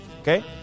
Okay